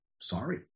sorry